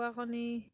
কুকুৰা কণী